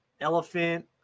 elephant